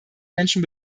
menschen